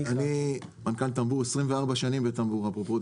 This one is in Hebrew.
אני מנכ"ל טמבור, 24 שנים בטמבור.